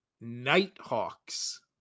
Nighthawks